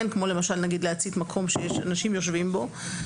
כמו למשל נגיד להצית מקום שאנשים יושבים בו,